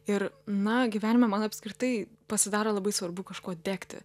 ir na gyvenime man apskritai pasidaro labai svarbu kažkuo degti